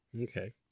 Okay